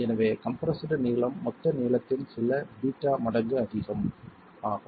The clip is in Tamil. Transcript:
எனவே கம்ப்ரெஸ்டு நீளம் மொத்த நீளத்தின் சில β மடங்கு ஆகும்